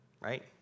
right